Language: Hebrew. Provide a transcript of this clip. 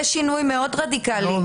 זה שינוי מאוד רדיקלי.